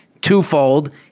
twofold